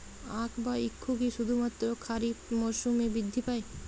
আখ বা ইক্ষু কি শুধুমাত্র খারিফ মরসুমেই বৃদ্ধি পায়?